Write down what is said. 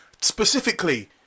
specifically